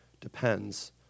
depends